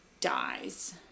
dies